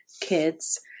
kids